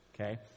Okay